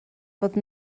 fod